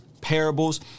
parables